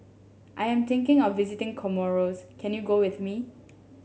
I am thinking of visiting Comoros can you go with me